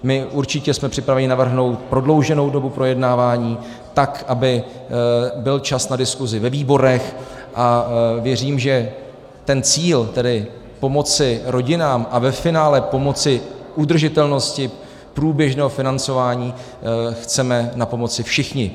My určitě jsme připraveni navrhnout prodlouženou dobu projednávání, tak aby byl čas na diskusi ve výborech, a věřím, že tomu cíli, tedy pomoci rodinám a ve finále pomoci udržitelnosti průběžného financování, chceme napomoci všichni.